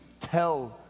tell